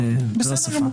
בסדר.